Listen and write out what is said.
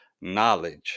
knowledge